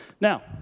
Now